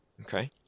Okay